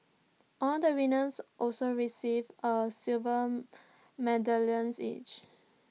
all the winners also received A silver medallion each